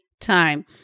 time